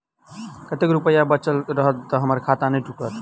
कतेक रुपया बचल रहत तऽ हम्मर खाता नै टूटत?